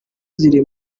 ziri